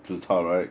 只差 right